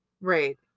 Right